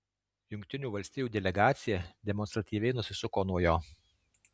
jungtinių valstijų delegacija demonstratyviai nusisuko nuo jo